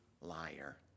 liar